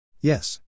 Yes